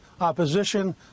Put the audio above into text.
opposition